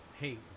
hey